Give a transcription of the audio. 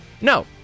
No